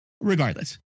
Regardless